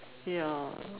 ya